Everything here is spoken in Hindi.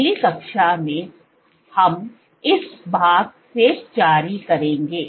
अगली कक्षा में हम इस भाग से जारी करेंगे